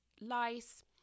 lice